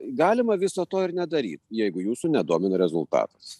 galima viso to ir nedaryt jeigu jūsų nedomina rezultatas